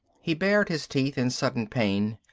he bared his teeth in sudden pain.